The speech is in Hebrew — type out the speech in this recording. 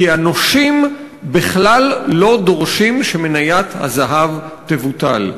כי הנושים בכלל לא דורשים שמניית הזהב תבוטל.